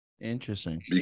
Interesting